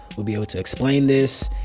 we'll be able to explain this.